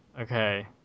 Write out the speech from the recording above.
okay